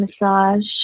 massage